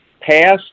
passed